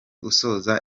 usoza